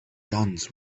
guns